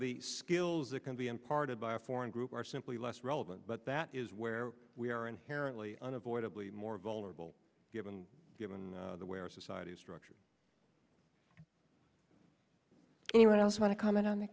the skills that can be imparted by a foreign group are simply less relevant but that is where we are inherently unavoidably more vulnerable given given the way our society is structured anyone else want to comment on the